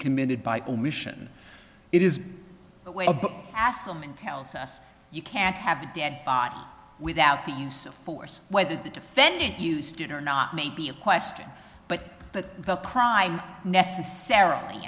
committed by omission it is the way a book aslam and tells us you can't have a dead body without the use of force whether the defendant used it or not may be a question but that the crime necessarily